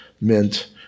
Mint